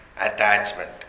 attachment